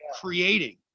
creating